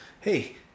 hey